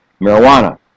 marijuana